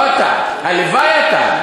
לא אתה, הלוואי אתה.